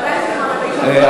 הוועדה למעמד האישה.